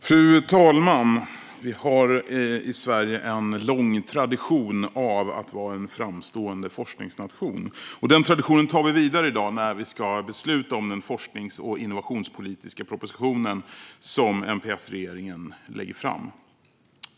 Fru talman! Sverige har en lång tradition av att vara en framstående forskningsnation. Den traditionen tar vi vidare i dag när vi ska besluta om den forsknings och innovationspolitiska propositionen som MP-S-regeringen har lagt fram.